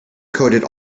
coated